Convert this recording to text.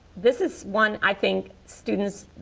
this is one i think students